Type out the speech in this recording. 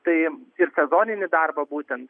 tai ir sezoninį darbą būtent